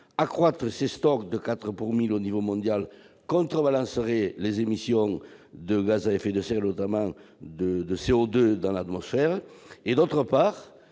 accroître les stocks de 4 pour 1 000 au niveau mondial contrebalancerait les émissions de gaz à effet de serre, notamment de CO2, dans l'atmosphère